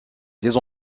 des